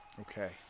Okay